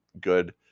good